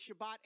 Shabbat